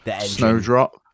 Snowdrop